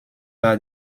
par